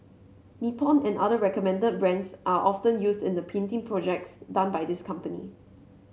Nippon and other recommended brands are often used in the painting projects done by this company